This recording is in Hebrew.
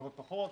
מחמירות פחות,